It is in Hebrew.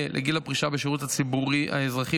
לגיל הפרישה בשירות הציבורי האזרחי,